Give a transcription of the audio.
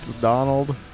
Donald